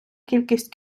кількість